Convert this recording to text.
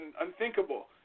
unthinkable